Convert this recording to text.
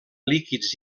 líquids